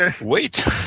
Wait